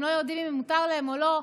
הם לא יודעים אם מותר להם או לא.